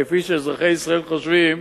כפי שאזרחי ישראל חושבים,